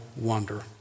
wonder